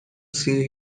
see